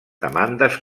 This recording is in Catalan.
demandes